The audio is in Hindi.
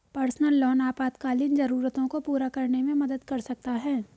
पर्सनल लोन आपातकालीन जरूरतों को पूरा करने में मदद कर सकता है